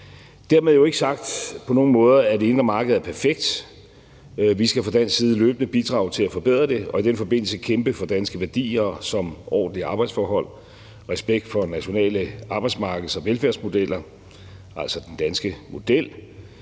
Dermed ikke være sagt på nogen måde, at det indre marked er perfekt. Vi skal fra dansk side løbende bidrage til at forbedre det og i den forbindelse kæmpe for danske værdier som ordentlige arbejdsforhold og respekt for nationale arbejdsmarkeds- og velfærdsmodeller, altså den danske model.